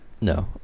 No